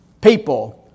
people